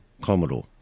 Commodore